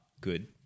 good